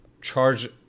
charge